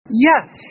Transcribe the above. Yes